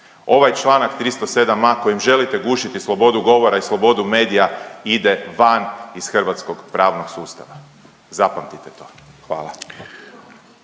ovaj čl. 307.a kojim želite gušiti slobodu govora i slobodu medija ide van iz hrvatskog pravnog sustava. Zapamtite to. Hvala.